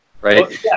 right